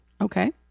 Okay